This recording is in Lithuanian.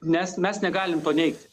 nes mes negalim to neigt